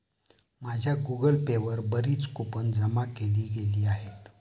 माझ्या Google Pay वर बरीच कूपन जमा केली गेली आहेत